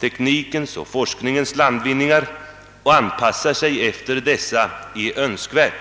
teknikens och forskningens landvinningar och anpassar sig efter dessa, är önskvärt.